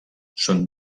són